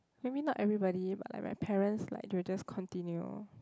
I mean not everybody but my parents like will just continue